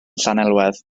llanelwedd